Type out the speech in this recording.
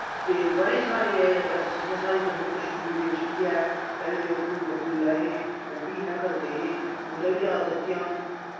ते बड़े सारे ऐ जियां साढ़े जम्मू कश्मीर बिच्च बी ऐ पैह्ले फरूक अबदुल्ला हे ओह् बी इ'यां गै करदे हे उ'न्दा बी जादातर ध्यान